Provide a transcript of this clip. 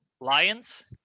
Lions